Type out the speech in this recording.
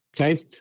Okay